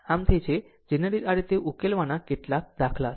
આમ આ તે છે જેને આ રીતે ઉકેલાવાના કેટલાક દાખલા છે